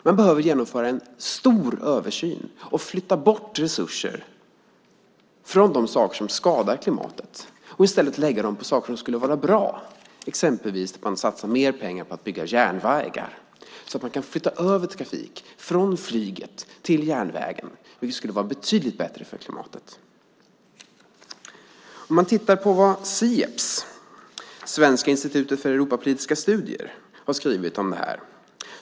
Man behöver genomföra en stor översyn och flytta bort resurser från de saker som skadar klimatet och i stället lägga dem på saker som skulle vara bra, exempelvis att man satsar mer pengar på att bygga järnvägar så att man kan flytta över trafik från flyget till järnvägen. Det skulle vara betydligt bättre för klimatet. Sieps, Svenska institutet för Europapolitiska studier, har skrivit om det här.